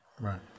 Right